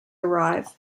arrive